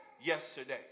yesterday